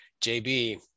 jb